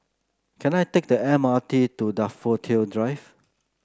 can I take the M R T to Daffodil Drive